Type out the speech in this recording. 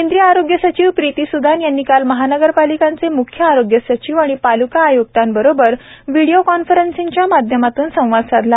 केंद्रीय आरोग्य सचिव प्रीती सुदान यांनी काल या महापालिकांचे मुख्य आरोग्य सचिव आणि पालिका आय्क्तांबरोबर व्हिडीओ कॉन्फेरंसिंगच्या माध्यमातून संवाद साधला